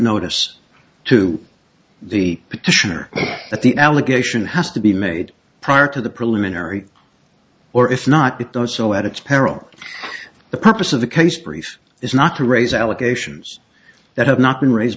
notice to the petitioner that the allegation has to be made prior to the preliminary or if not done so at its peril the purpose of the case brief is not to raise allegations that have not been raised